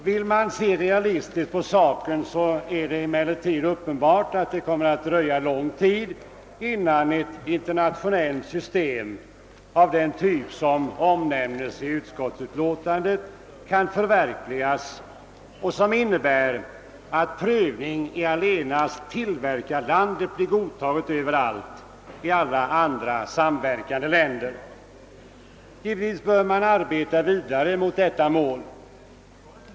Vill man se realistiskt på saken är det emellertid uppenbart att det kommer att dröja lång tid innan ett internationellt system av den typ, som ommämnes i utskottsutlåtandet och som innebär att prövning enbart i tillverkarlandet blir godtagen överallt i andra samverkande länder, kan förverkligas. Givetvis bör man arbeta vidare mot detta mål.